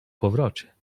powrocie